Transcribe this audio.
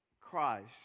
Christ